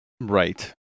Right